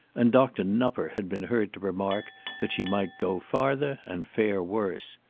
and dr. nupper had been heard to remark that she might go farther and fare worse.